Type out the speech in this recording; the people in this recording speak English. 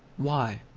why?